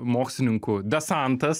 mokslininkų desantas